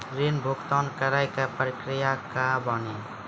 ऋण भुगतान करे के प्रक्रिया का बानी?